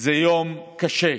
יום קשה.